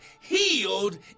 healed